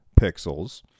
pixels